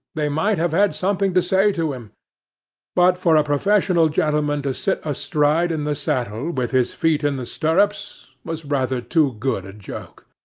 they might have had something to say to him but for a professional gentleman to sit astride in the saddle, with his feet in the stirrups, was rather too good a joke.